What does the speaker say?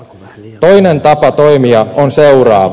toinen tapa toimia on seuraava